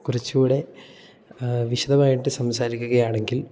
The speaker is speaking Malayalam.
കുറച്ചൂടെ വിശദമായിട്ട് സംസാരിക്കുക ആണെങ്കിൽ